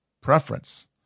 preference